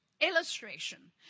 Illustration